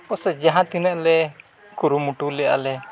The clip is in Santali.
ᱯᱟᱥᱮᱡ ᱡᱟᱦᱟᱸ ᱛᱤᱱᱟᱹᱜ ᱞᱮ ᱠᱩᱨᱩᱢᱩᱴᱩ ᱞᱮᱫᱼᱟ ᱞᱮ